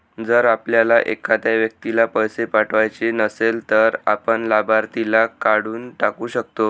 जर आपल्याला एखाद्या व्यक्तीला पैसे पाठवायचे नसेल, तर आपण लाभार्थीला काढून टाकू शकतो